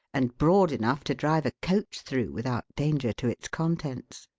and broad enough to drive a coach through without danger to its contents.